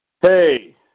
Hey